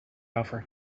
offer